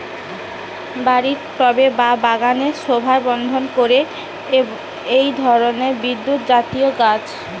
বাড়ির টবে বা বাগানের শোভাবর্ধন করে এই ধরণের বিরুৎজাতীয় গাছ